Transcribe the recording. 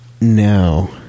No